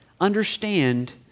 understand